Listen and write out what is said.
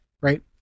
right